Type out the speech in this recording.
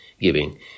giving